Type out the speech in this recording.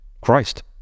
Christ